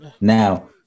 Now